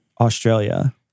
Australia